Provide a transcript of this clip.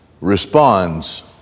responds